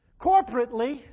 corporately